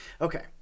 okay